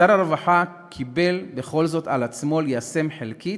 שר הרווחה בכל זאת קיבל על עצמו ליישם חלקית,